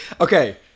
Okay